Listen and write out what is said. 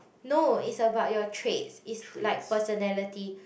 no is about your traits is like personality